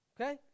okay